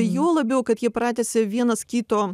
juo labiau kad jie pratęsė vienas kito